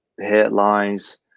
headlines